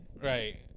Right